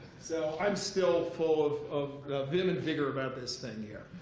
so i'm still full of of vim and vigor about this thing here.